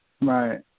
Right